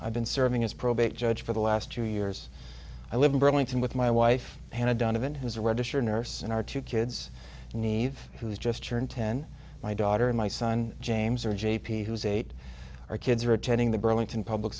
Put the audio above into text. i've been serving as probate judge for the last two years i live in burlington with my wife and a donovan who's a registered nurse and our two kids need who's just turned ten my daughter and my son james are j p who's eight our kids are attending the burlington public